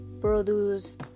produce